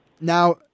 Now